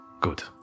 Good